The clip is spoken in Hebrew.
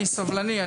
אני סבלני.